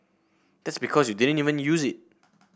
that's because you didn't even use it